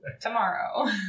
tomorrow